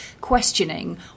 questioning